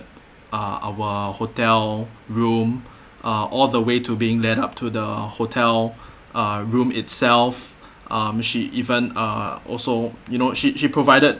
uh our hotel room uh all the way to being led up to the hotel uh room itself um she even uh also you know she she provided